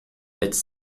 its